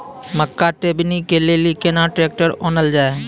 मक्का टेबनी के लेली केना ट्रैक्टर ओनल जाय?